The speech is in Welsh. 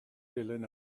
dilyn